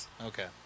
Okay